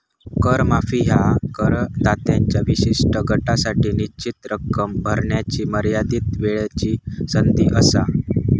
कर माफी ह्या करदात्यांच्या विशिष्ट गटासाठी निश्चित रक्कम भरण्याची मर्यादित वेळची संधी असा